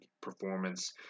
performance